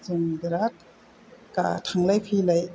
जों बिराद थांलाय फैलाय